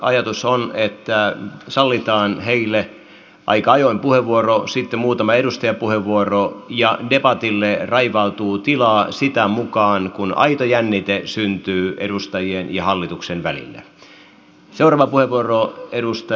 ajatus on että sallitaan heille aika ajoin puheenvuoro sitten muutama edustajan puheenvuoro ja debatille raivautuu tilaa sitä mukaa kuin aito jännite syntyy edustajien ja hallituksen välille